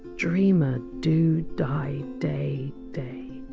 dreamer do die day day